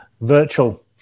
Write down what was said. virtual